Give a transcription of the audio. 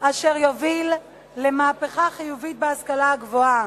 אשר יוביל למהפכה חיובית בהשכלה הגבוהה.